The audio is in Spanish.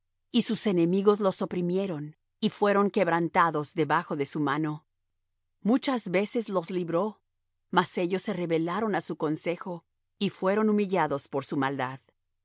y sus enemigos los oprimieron y fueron quebrantados debajo de su mano muchas veces los libró mas ellos se rebelaron á su consejo y fueron humillados por su maldad